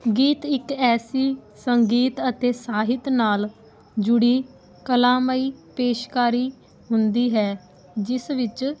ਗੀਤ ਇੱਕ ਐਸੀ ਸੰਗੀਤ ਅਤੇ ਸਾਹਿਤ ਨਾਲ ਜੁੜੀ ਕਲਾਮਈ ਪੇਸ਼ਕਾਰੀ ਹੁੰਦੀ ਹੈ ਜਿਸ ਵਿੱਚ